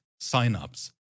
signups